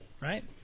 right